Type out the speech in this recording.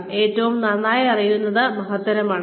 നിങ്ങൾക്ക് ഏറ്റവും നന്നായി അറിയാവുന്നത് മഹത്തരമാണ്